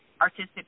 artistic